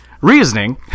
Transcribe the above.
Reasoning